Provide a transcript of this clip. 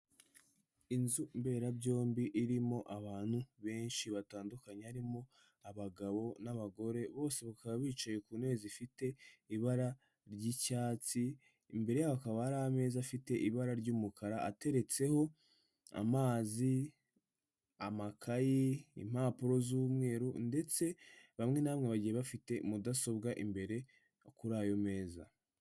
Inzu mberabyombi irimo abantu benshi batandukanye, harimo abagabo n'abagore, bose bakaba bicaye ku ntebe zifite ibara ry'icyatsi, imbere hakaba hari ameza afite ibara ry'umukara ateretseho amazi, amakayi, impapuro z'umweru ndetse bamwe na bamwe bagiye bafite mudasobwa imbere kuri ayo meza.